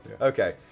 Okay